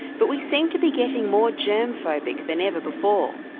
but we seem to be getting more germ phobic than ever before.